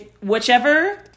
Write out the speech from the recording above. whichever